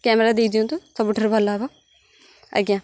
camera ଦେଇଦିଅନ୍ତୁ ସବୁଠାରୁ ଭଲ ହବ ଆଜ୍ଞା